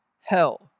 hell